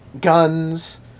guns